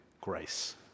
grace